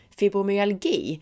fibromyalgi